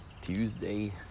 Tuesday